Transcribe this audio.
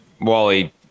Wally